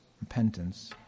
repentance